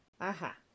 Aha